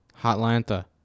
Hotlanta